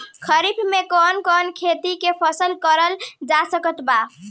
खरीफ मे कौन कौन फसल के खेती करल जा सकत बा?